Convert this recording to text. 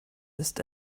ist